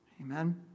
Amen